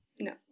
No